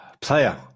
Player